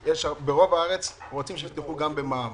ברוב הארץ רוצים שהם יפתחו תיק גם במע"מ.